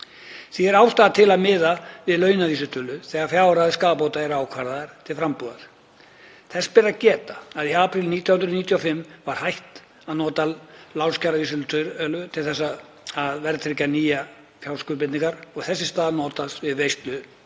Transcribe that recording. Því er ástæða til að miða við launavísitölu þegar fjárhæðir skaðabóta eru ákvarðaðar til frambúðar. Þess ber að geta að í apríl 1995 var hætt að nota lánskjaravísitölu til þess að verðtryggja nýjar fjárskuldbindingar og þess í stað notast við vísitölu